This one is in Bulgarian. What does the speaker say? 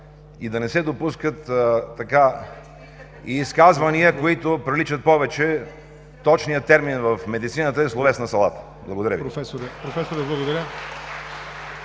и да не се допускат изказвания, които приличат повече – точният термин в медицината е „словесна салата“. Благодаря Ви.